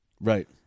Right